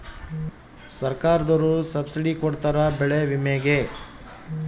ಸರ್ಕಾರ್ದೊರು ಸಬ್ಸಿಡಿ ಕೊಡ್ತಾರ ಬೆಳೆ ವಿಮೆ ಗೇ